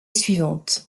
suivante